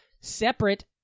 separate